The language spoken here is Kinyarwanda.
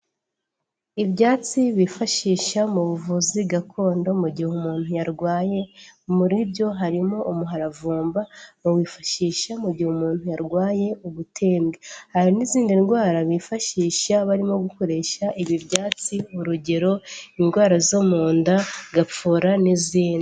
Ibyatsi bifashisha mu buvuzi gakondo mu gihe umuntu yarwaye, muri byo harimo: umuharavumba, bawifashisha mu gihe umuntu yarwaye ubutembwe. Hari n'izindi ndwara bifashisha barimo gukoresha ibi byatsi, urugero: indwara zo mu nda, gapfura n'izindi.